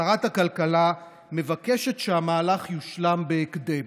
שרת הכלכלה מבקשת שהמהלך יושלם בהקדם.